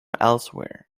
elsewhere